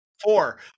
four